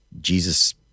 Jesus